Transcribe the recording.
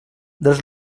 dels